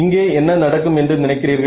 இங்கே என்ன நடக்கும் என்று நினைக்கிறீர்கள்